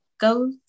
go